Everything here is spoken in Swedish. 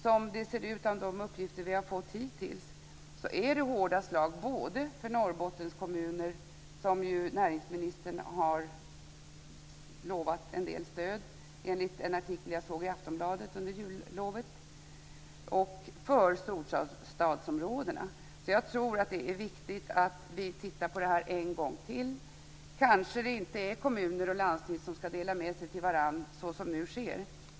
Som det ser ut av de uppgifter vi har fått hittills innebär förslaget hårda slag både för Norrbottenskommuner, som ju näringsministern har lovat en del stöd enligt en artikel som jag såg i Aftonbladet under juluppehållet, och för storstadsområdena. Jag tror därför att det är viktigt att vi tittar på det här en gång till. Kanske är det inte kommuner och landsting som skall dela med sig till varandra, som nu sker.